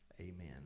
amen